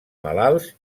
malalts